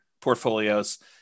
portfolios